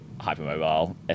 hypermobile